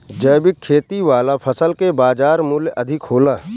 जैविक खेती वाला फसल के बाजार मूल्य अधिक होला